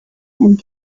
and